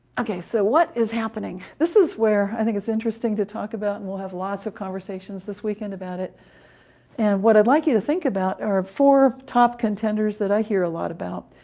okay, so what is happening this is where i think it's interesting to talk about, and we'll have lots of conversations this weekend about it and what i'd like you to think about, are four top contenders that i hear a lot about.